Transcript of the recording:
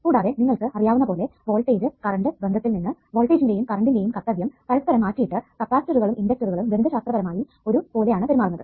കൂടാതെ നിങ്ങൾക്ക് അറിയാവുന്ന പോലെ വോൾട്ടേജ് കറണ്ട് ബന്ധത്തിൽ നിന്ന് വോൾട്ടേജിന്റെയും കറണ്ടിന്റെയും കർത്തവ്യം പരസ്പരം മാറ്റിയിട്ടിട്ട് കപ്പാസിറ്ററുകളും ഇണ്ടക്ടറുകളും ഗണിതശാസ്ത്രപരമായി ഒരു പോലെ ആണ് പെരുമാറുന്നത്